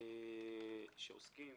שעוסקים